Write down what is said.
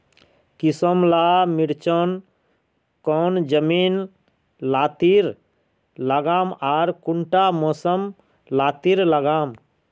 किसम ला मिर्चन कौन जमीन लात्तिर लगाम आर कुंटा मौसम लात्तिर लगाम?